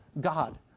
God